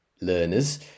learners